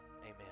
Amen